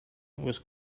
was